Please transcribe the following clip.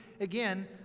again